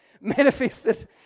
manifested